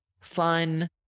fun